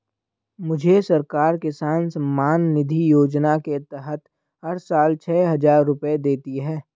मुझे सरकार किसान सम्मान निधि योजना के तहत हर साल छह हज़ार रुपए देती है